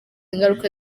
ingaruka